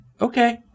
okay